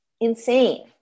insane